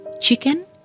chicken